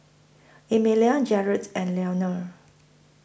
Emelia Jarrett and Leonel